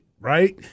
Right